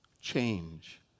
change